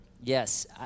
Yes